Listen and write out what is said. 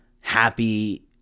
happy